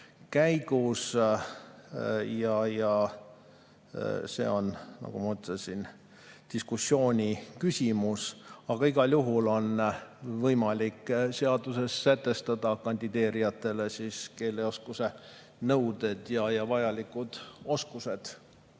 käigus. See on, nagu ma ütlesin, diskussiooni küsimus, aga igal juhul on võimalik seaduses sätestada kandideerijatele keeleoskuse nõuded. Aitäh! Kindlasti ei